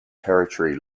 territory